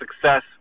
success